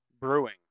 Brewing